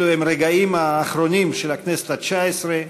אלו הם הרגעים האחרונים של הכנסת התשע-עשרה,